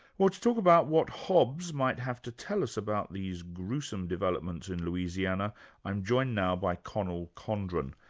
well, to talk about what hobbes might have to tell us about these gruesome developments in louisiana i'm joined now by conal condren,